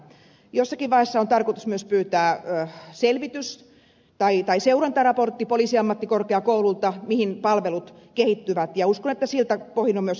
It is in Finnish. jossakin vaiheessa on tarkoitus myös pyytää selvitys tai seurantaraportti poliisiammattikorkeakoululta miten palvelut kehittyvät ja uskon että siltä pohjalta on myös hyvä käydä jatkokeskustelua